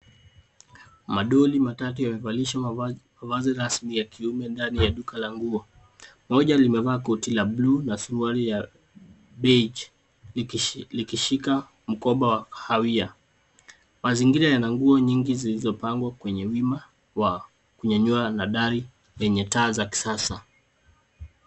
Madoli matatu yamevalishwa mavazi rasmi ya kiume ndani ya duka la nguo. Moja limevaa koti la blue na suruali ya biege , likishika mkoba wa kahawia. Mazingira yana nguo nyingi zilizopangwa kwenye wima wa kunyanyua, na dari yenye taa za kisasa.